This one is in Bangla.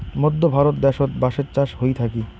মধ্য ভারত দ্যাশোত বাঁশের চাষ হই থাকি